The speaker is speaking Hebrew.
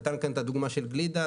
נתת את הדוגמה של הגלידה,